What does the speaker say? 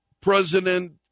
president